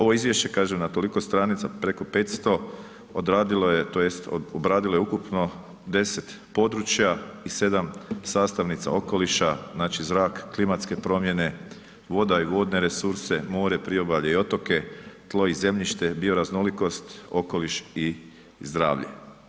Ovo izvješće, kažem, na toliko stranica, preko 500 odradilo je, tj. obradilo je ukupno 10 područja i 7 sastavnica okoliša, znači zrak, klimatske promjene, voda i vodne resurse, more, priobalje i otoke, tlo i zemljište, bioraznolikost, okoliš i zdravlje.